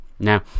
Now